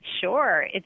Sure